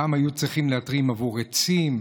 פעם היו צריכים להתרים עבור עצים,